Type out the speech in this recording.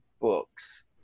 books